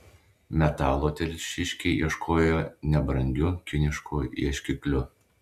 metalo telšiškiai ieškojo nebrangiu kinišku ieškikliu